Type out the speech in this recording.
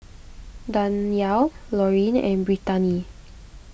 Danyell Laureen and Brittani